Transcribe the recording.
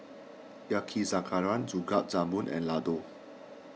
Yakizakana Gulab Jamun and Ladoo